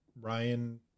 Ryan